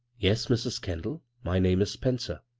yes, mrs. kendall. my name is spencer.